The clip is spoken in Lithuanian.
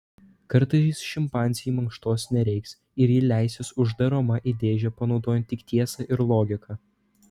kartais šimpanzei mankštos nereiks ir ji leisis uždaroma į dėžę panaudojant tik tiesą ir logiką